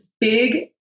big